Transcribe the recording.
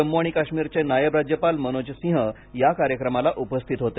जम्मू आणि काश्मीरचे नायब राज्यपाल मनोज सिंह या कार्यक्रमाला उपस्थित होते